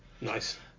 Nice